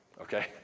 okay